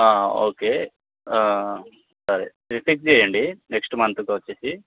okay సరే ఇది fix చేయండి నెక్స్ట్ మంత్కి వచ్చేసి